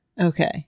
Okay